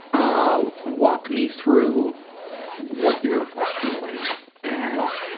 ah walk me through what you're feeling and,